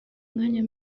umwanya